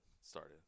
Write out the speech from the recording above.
started